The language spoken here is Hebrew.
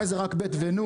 אולי זה רק ב' ו-נ',